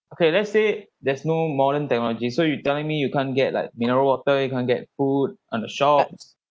okay let's say there's no modern technology so you telling me you can't get like mineral water you can't get food on the shops